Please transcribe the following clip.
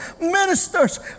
Ministers